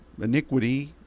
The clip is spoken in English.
Iniquity